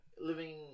Living